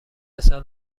سال